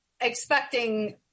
expecting